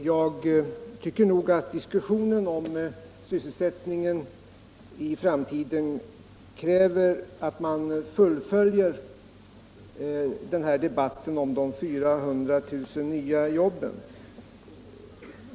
Herr talman! Diskussionen om sysselsättningen i framtiden kräver att man fullföljer debatten om de 400 000 nya jobben.